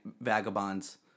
vagabonds